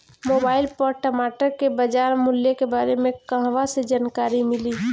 Mobile पर टमाटर के बजार मूल्य के बारे मे कहवा से जानकारी मिली?